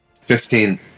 Fifteen